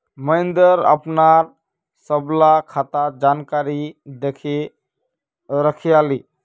महेंद्र अपनार सबला खातार जानकारी दखे रखयाले